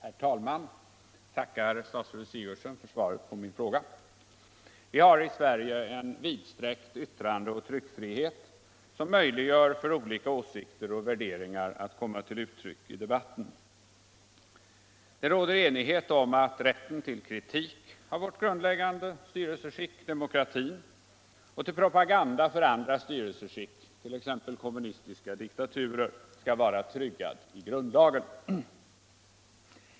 Herr talman! Jag tackar statsrådet Sigurdsen för svaret på min fråga. Vi har i Sverige en vidsträckt yttrande och tryckfrihet, som möjliggör för olika åsikter och värderingar att komma till uttryck i debatten. Det råder enighet om att rätten till kritik av vårt grundläggande styrelseskick, demokratin, och till propaganda för andra styrelseskick, t.ex. kommunistiska diktaturer, skall vara tryggad i grundlagen.